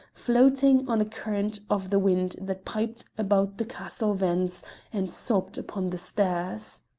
floating on a current of the wind that piped about the castle vents and sobbed upon the stairs.